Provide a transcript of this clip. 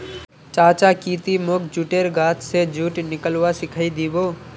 चाचा की ती मोक जुटेर गाछ स जुट निकलव्वा सिखइ दी बो